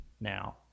now